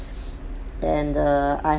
and err I